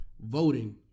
voting